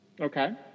Okay